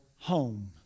home